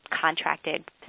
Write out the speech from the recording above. contracted